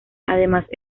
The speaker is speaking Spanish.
además